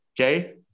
Okay